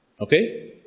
Okay